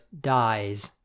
dies